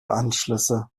anschlüsse